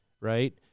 right